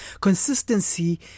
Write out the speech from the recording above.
consistency